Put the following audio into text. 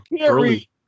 early